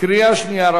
קריאה שנייה.